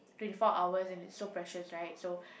twenty four hours and it's so precious right so